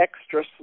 extra